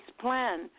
plan